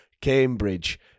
Cambridge